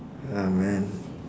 ya man